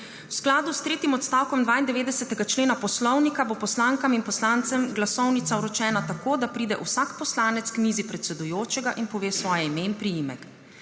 V skladu s tretjim odstavkom 92. člena Poslovnika bo poslankam in poslancem glasovnica vročena tako, da pride vsak poslanec k mizi predsedujočega in pove svoje ime in priimek.